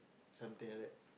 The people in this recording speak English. something like that